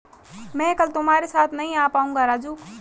मैं कल तुम्हारे साथ नहीं आ पाऊंगा राजू